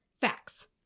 Facts